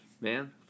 man